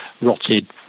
rotted